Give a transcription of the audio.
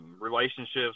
Relationships